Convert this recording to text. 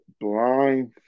blind